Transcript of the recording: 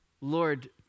Lord